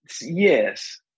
Yes